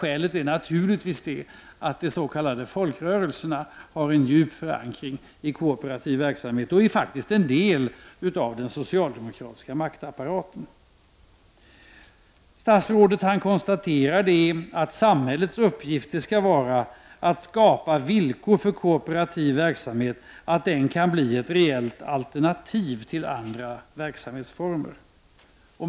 Skälet är naturligtvis att de s.k. folkrörelserna har en djup förankring i kooperativ verksamhet och faktiskt är en del av den socialdemokratiska maktapparaten. Statsrådet konstaterar att samhällets uppgift skall vara att skapa villkor för kooperativ verksamhet så att den kan bli ett reellt alternativ till andra verksamhetsformer.